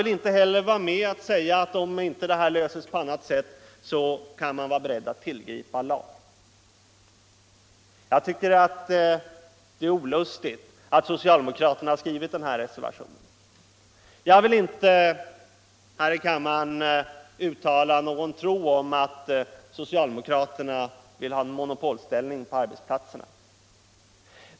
Och inte heller vill de säga, att om detta inte löses på annat sätt, så kan man vara beredd att tillgripa lag. Jag tycker det är olustigt att socialdemokraterna har skrivit den reservationen. Jag vill inte här i riksdagen uttala någon misstanke om att socialdemokraterna vill ha monopolställning ute på arbetsplatserna.